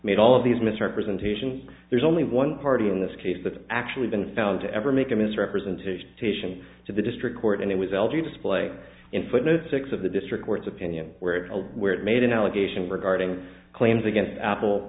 made all of these misrepresentations there's only one party in this case that's actually been found to ever make a misrepresentation station to the district court and it was l g display in footnote six of the district court's opinion where it where it made an allegation regarding claims against apple